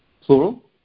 plural